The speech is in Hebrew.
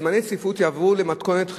אני יודע שיש להם כל מיני הסכמות,